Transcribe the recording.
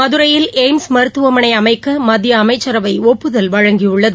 மதுரையில் எய்ம்ஸ் மருத்துவமனை அமைக்க மத்திய அமைச்சரவை ஒப்புதல் வழங்கியுள்ளது